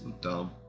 dumb